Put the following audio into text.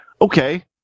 okay